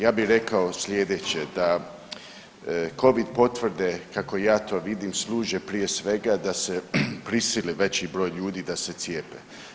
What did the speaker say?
Ja bi rekao slijedeće da Covid potvrde kako ja to vidim služe prije svega da se prisili veći broj ljudi da se cijepe.